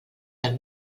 del